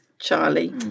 Charlie